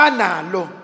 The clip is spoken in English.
Analo